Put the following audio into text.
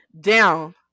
Down